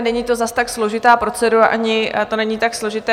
Není to zase tak složitá procedura ani to není tak složité.